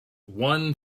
one